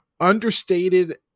understated